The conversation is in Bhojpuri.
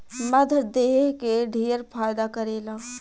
मध देह के ढेर फायदा करेला